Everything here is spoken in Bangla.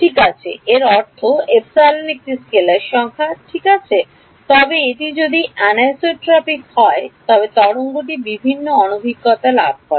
ঠিক আছে এর অর্থ ε একটি স্কেলার সংখ্যা ঠিক আছে তবে এটি যদি অ্যানিসোট্রপিক হয় তবে তরঙ্গটি বিভিন্ন অভিজ্ঞতা লাভ করে